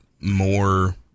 more